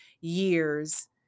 years